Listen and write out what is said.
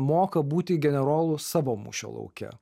moka būti generolu savo mūšio lauke